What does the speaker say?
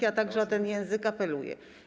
Ja także o ten język apeluję.